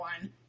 one